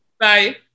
Bye